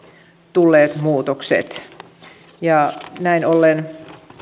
tulleet muutokset näin ollen